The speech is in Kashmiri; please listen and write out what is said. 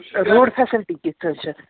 روڈ فیسَلٹی کِژھ حظ چھَس